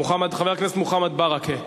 חבר הכנסת מוחמד ברכה,